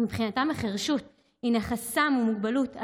מבחינתם החירשות היא חסם ומוגבלות.